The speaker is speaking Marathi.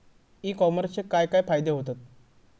ई कॉमर्सचे काय काय फायदे होतत?